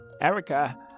Erica